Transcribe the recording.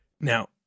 Now